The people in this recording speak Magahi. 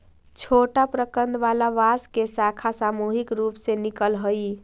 छोटा प्रकन्द वाला बांस के शाखा सामूहिक रूप से निकलऽ हई